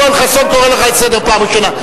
יואל חסון, קורא אותך לסדר פעם ראשונה.